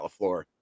LaFleur